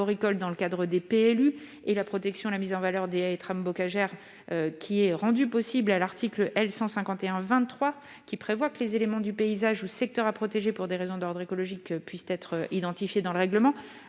dans le cadre des PLU ainsi que la protection et la mise en valeur des haies et trames bocagères qui est rendue possible à l'article L. 151-23 du code de l'urbanisme. Cet article prévoit que les éléments du paysage ou secteurs à protéger pour des motifs d'ordre écologique puissent être identifiés dans le règlement.